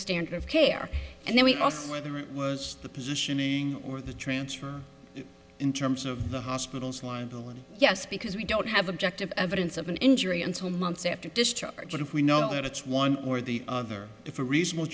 standard of care and then we also whether the positioning or the transfer in terms of the hospital's liability yes because we don't have objective evidence of an injury until months after discharge if we know that it's one or the other if a reasonable